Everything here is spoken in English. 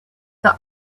the